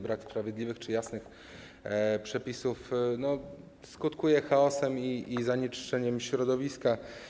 Brak sprawiedliwych czy jasnych przepisów skutkuje chaosem i zanieczyszczeniem środowiska.